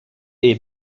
est